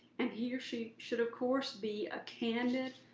and he or she should, of course, be a candid,